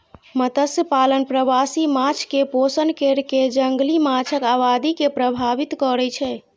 मत्स्यपालन प्रवासी माछ कें पोषण कैर कें जंगली माछक आबादी के प्रभावित करै छै